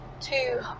two